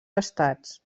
estats